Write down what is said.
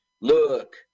Look